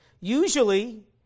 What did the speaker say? Usually